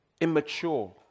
Immature